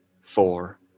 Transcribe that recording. four